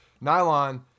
nylon